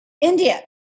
India